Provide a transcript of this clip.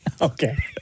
Okay